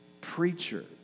preacher